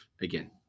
again